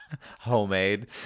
Homemade